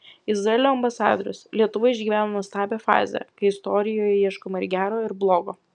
izraelio ambasadorius lietuva išgyvena nuostabią fazę kai istorijoje ieškoma ir gero ir blogo